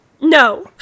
No